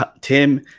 Tim